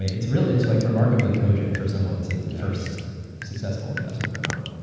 it's real. it's like remarkably cogent for someone's and first successful investment memo.